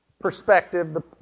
perspective